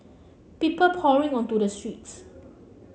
people pouring onto the streets